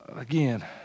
again